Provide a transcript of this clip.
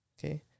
Okay